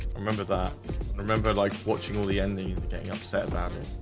remember that i remember like watching all the ending upset bathroom